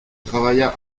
travailla